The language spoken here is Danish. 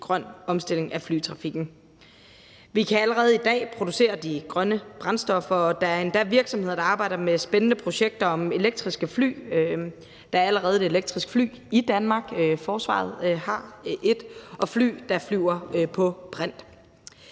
grøn omstilling af flytrafikken. Vi kan allerede i dag producere de grønne brændstoffer, og der er endda virksomheder, der arbejder med spændende projekter om elektriske fly – der er allerede et elektrisk fly i Danmark, for forsvaret har et – og fly, der flyver på brint.